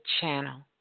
channel